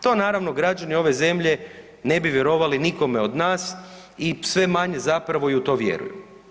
To naravno građani ove zemlje ne bi vjerovali nikome od nas i sve manje zapravo i u to vjeruju.